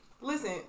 Listen